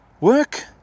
Work